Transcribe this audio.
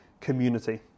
community